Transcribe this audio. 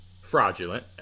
fraudulent